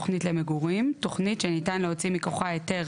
"תכנית למגורים" תכנית שניתן להוציא מכוחה היתר